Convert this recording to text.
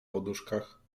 poduszkach